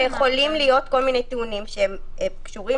יכולים להיות כל מיני טיעונים שהם קשורים